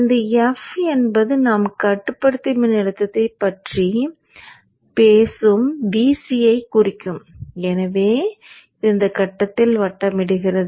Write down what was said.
இந்த f என்பது நாம் கட்டுப்படுத்தி மின்னழுத்தத்தைப் பற்றி பேசும் Vc ஐக் குறிக்கும் எனவே இது இந்த கட்டத்தில் வட்டமிடுகிறது